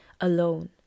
alone